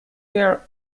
care